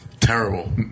terrible